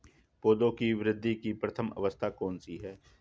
पौधों की वृद्धि की प्रथम अवस्था कौन सी है?